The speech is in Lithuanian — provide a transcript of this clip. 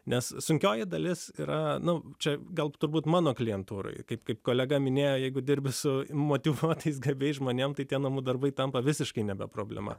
nes sunkioji dalis yra na čia gal turbūt mano klientūrai kaip kaip kolega minėjo jeigu dirbi su motyvuotais gabiais žmonėms tai tie namų darbai tampa visiškai nebe problema